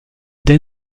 dès